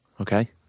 Okay